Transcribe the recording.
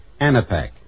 Anapac